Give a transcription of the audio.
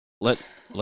let